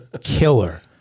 killer